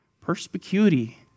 Perspicuity